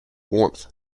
warmth